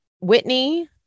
Whitney